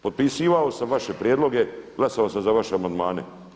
Potpisivao sam vaše prijedloge, glasovao sam za vaše amandmane.